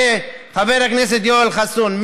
חבר הכנסת יואל חסון,